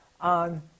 on